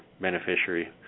beneficiary